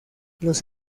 los